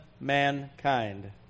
mankind